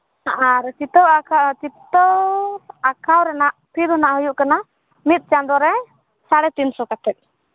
ᱟᱨ ᱪᱤᱛᱟᱹᱨ ᱟᱸᱠᱟᱣ ᱪᱤᱛᱟᱹᱨ ᱟᱸᱠᱟᱣ ᱨᱮᱱᱟᱜ ᱯᱷᱤ ᱫᱚ ᱱᱟᱜ ᱦᱩᱭᱩᱜ ᱠᱟᱱᱟ ᱢᱤᱫ ᱪᱟᱸᱫᱚ ᱨᱮ ᱥᱟᱲᱮ ᱛᱤᱱ ᱥᱚ ᱠᱟᱛᱮᱫ